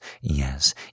yes